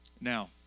Now